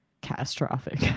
catastrophic